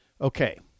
Okay